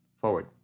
Forward